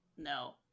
no